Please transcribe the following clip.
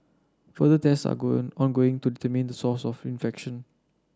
further test are going ongoing to determine the source of infection